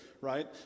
right